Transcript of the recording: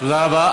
תודה רבה.